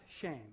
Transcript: shame